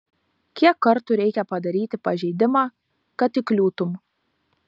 kiek kartų reikia padaryti pažeidimą kad įkliūtum